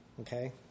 Okay